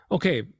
Okay